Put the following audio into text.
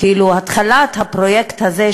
עצם התחלת הפרויקט הזה,